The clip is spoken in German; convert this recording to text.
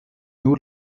nur